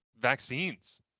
vaccines